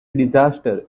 disaster